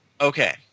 Okay